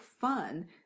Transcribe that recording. fun